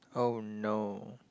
oh no